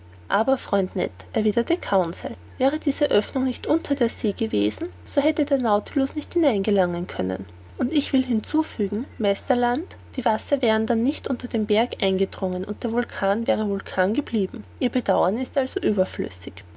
aber freund ned erwiderte conseil wäre diese oeffnung nicht unter der see gewesen so hätte der nautilus nicht dahin gelangen können und ich will hinzufügen meister land die wasser wären dann nicht unter dem berg eingedrungen und der vulkan wäre vulkan geblieben ihr bedauern ist also überflüssig